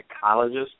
psychologist